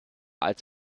als